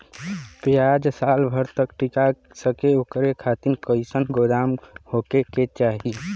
प्याज साल भर तक टीका सके ओकरे खातीर कइसन गोदाम होके के चाही?